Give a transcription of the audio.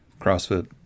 CrossFit